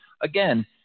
again